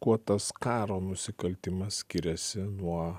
kuo tas karo nusikaltimas skiriasi nuo